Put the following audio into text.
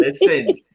listen